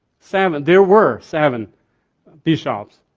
seven, there were seven bishops,